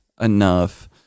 enough